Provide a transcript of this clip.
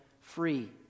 free